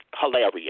hilarious